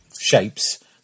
shapes